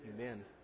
Amen